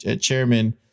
chairman